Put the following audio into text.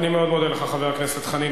אני מאוד מודה לך, חבר הכנסת חנין.